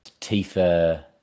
Tifa